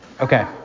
okay